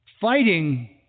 fighting